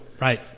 right